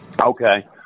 Okay